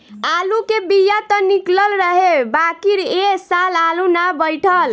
आलू के बिया त निकलल रहे बाकिर ए साल आलू ना बइठल